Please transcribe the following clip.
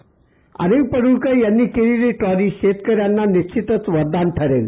अनिल प्ड्रळकर यांनी केलेली ही ट्रॉली शेतकऱ्यांना निश्चितच वरदान ठरेल